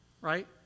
right